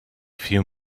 few